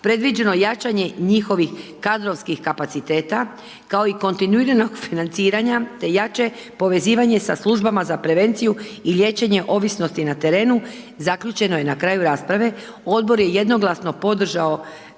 predviđeno jačanje njihovih kadrovskih kapaciteta kao i kontinuiranog financiranja te jače povezivanje sa službama za prevenciju i liječenje ovisnosti na terenu. Zaključeno je na kraju rasprave odbor je jednoglasno podržao